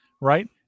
right